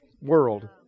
world